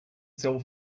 sell